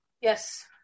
Yes